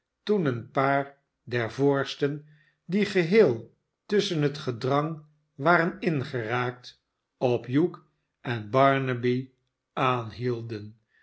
toen een paar der voorsten die geheel tusschen het gedrang waren ingeraakt op hugh en barnaby aanhielden